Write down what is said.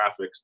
graphics